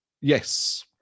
Yes